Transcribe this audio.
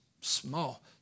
small